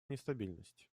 нестабильность